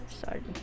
Sorry